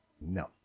no